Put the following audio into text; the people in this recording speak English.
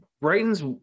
Brighton's